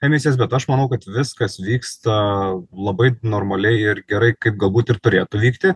emisijas bet aš manau kad viskas vyksta labai normaliai ir gerai kaip galbūt ir turėtų vykti